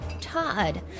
Todd